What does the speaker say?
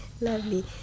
lovely